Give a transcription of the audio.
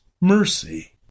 Mercy